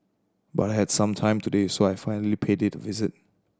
but I had some time today so I finally paid it a visit